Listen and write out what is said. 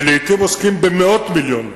לעתים עוסקים במאות מיליונים.